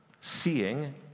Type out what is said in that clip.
seeing